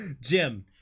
Jim